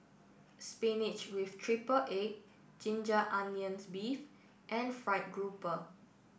Spinach with Triple Egg Ginger Onions Beef and Fried Grouper